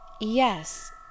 Yes